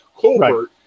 Colbert